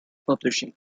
publishing